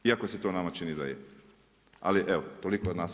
Iako se to nama čini da je, ali evo, toliko od nas.